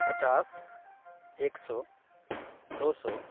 پچاس ایک سو دو سو